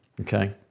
Okay